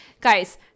Guys